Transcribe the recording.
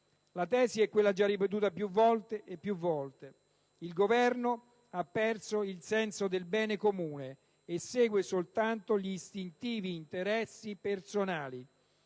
La tesi è quella già ripetuta più volte: il Governo ha perso il senso del bene comune e persegue soltanto istintivi interessi personali.